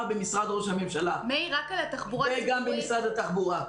במשרד ראש הממשלה וגם במשרד התחבורה.